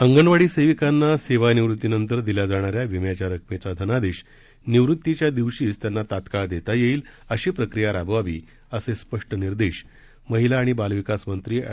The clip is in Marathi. अंगणवाडी सेविकांना सेवानिवृतीनंतर दिल्या जाणाऱ्या विम्याच्या रकमेचा धनादेश निवृतीच्या दिवशीच त्यांना तात्काळ देता येईल अशी प्रक्रिया राबवावी असे स्पष्ट निर्देश महिला आणि बालविकास मंत्री एड